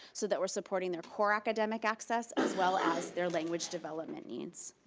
so that we're supporting their core academic access as well as their language development needs,